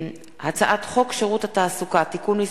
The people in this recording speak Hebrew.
הצעת חוק שירות התעסוקה (תיקון מס'